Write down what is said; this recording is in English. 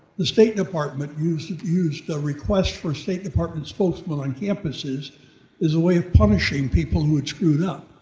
the state department used used a request for a state department spokesman on campuses as a way of punishing people who had screwed up.